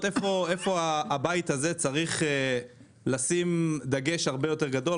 איפה הבית הזה צריך לשים דגש הרבה יותר גדול.